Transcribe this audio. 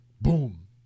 Boom